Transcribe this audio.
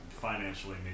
financially